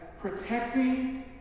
protecting